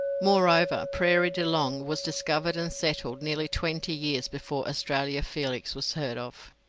moreover, prairie de long was discovered and settled nearly twenty years before australia felix was heard of.